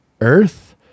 Earth